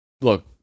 look